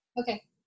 Okay